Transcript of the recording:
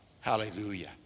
Hallelujah